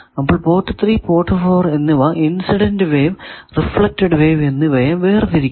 അപ്പോൾ port 3 port 4 എന്നിവ incident wave reflected wave എന്നിവയെ വേർതിരിക്കുന്നു